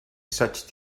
such